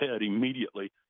immediately